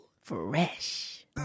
Fresh